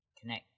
connect